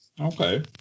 okay